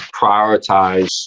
prioritize